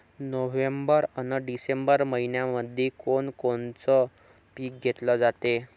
November अन December मइन्यामंधी कोण कोनचं पीक घेतलं जाते?